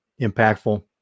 impactful